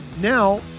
Now